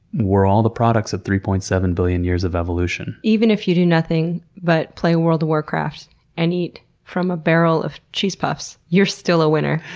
we're all the products of three point seven billion years of evolution. even if you do nothing but play world of warcraft and eat from a barrel of cheese puffs, you're still a winner,